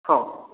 हँ